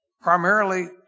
primarily